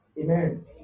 Amen